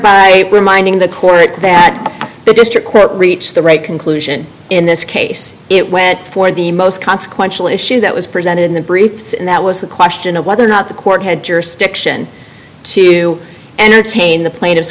by reminding the court that the district court reached the right conclusion in this case it went for the most consequential issue that was presented in the briefs and that was the question of whether or not the court had jurisdiction to entertain the pla